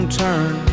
turn